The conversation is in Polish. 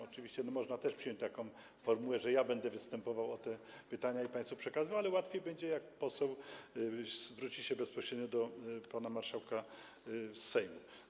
Oczywiście można też przyjąć taką formułę, że ja będę występował z tymi pytaniami i państwu to będę przekazywał, ale łatwiej będzie, jak poseł zwrócić się bezpośrednio do pana marszałka Sejmu.